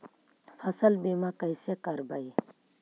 फसल बीमा कैसे करबइ?